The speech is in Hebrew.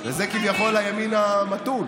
וזה כביכול הימין המתון.